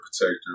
protector